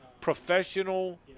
professional